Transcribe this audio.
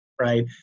right